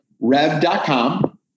rev.com